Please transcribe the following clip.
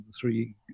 three